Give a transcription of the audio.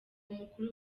mukuru